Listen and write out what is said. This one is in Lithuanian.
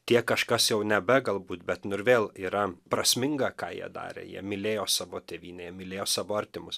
tie kažkas jau nebe galbūt bet nu ir vėl yra prasminga ką jie darė jie mylėjo savo tėvynę jie mylėjo savo artimus